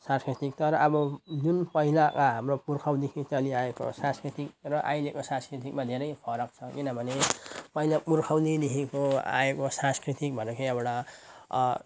सांस्कृतिक तर अब जुन पहिला वा हाम्रो पुर्खौँदेखि चलिआएको सांस्कृतिक र अहिलेको सांस्कृतिकमा धेरै फरक छ किनभने पहिला पुर्खौँलीदेखिको आएको सांस्कृतिक भनेको एउटा